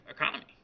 economy